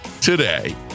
today